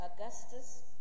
Augustus